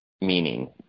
meaning